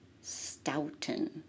Stoughton